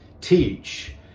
teach